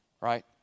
right